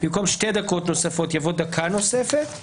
במקום "שתי דקות נוספות" יבוא "דקה נוספת";